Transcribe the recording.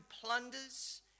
plunders